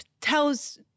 tells